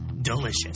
delicious